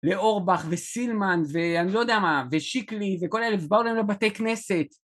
לאורבך וסילמן ואני לא יודע מה ושיקלי וכל האלה באו אליהם לבתי כנסת